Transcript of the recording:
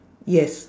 yes